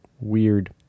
weird